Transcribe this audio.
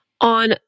On